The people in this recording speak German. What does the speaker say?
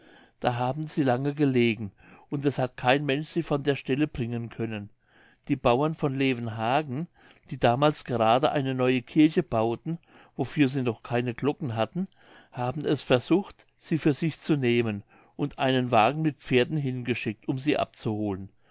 da haben sie lange gelegen und es hat kein mensch sie von der stelle bringen können die bauern von levenhagen die damals gerade eine neue kirche bauten wofür sie noch keine glocken hatten haben es versucht sie für sich zu nehmen und einen wagen mit pferden hingeschickt um sie abzuholen